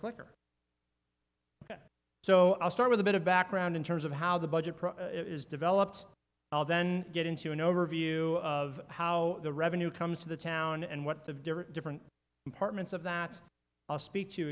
quicker so i'll start with a bit of background in terms of how the budget is developed i'll then get into an overview of how the revenue comes to the town and what the different departments of that i'll speak to